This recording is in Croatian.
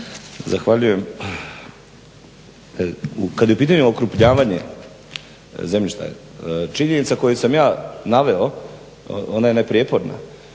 Zahvaljujem. Kad je u pitanju okrupnjavanje zemljišta. Činjenica koje sam ja naveo ona je neprijeporna.